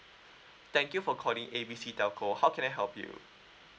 thank you for calling A B C telco how can I help you